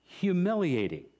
Humiliating